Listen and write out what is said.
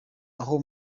aho